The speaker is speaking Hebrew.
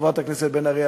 חברת הכנסת בן ארי,